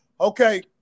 okay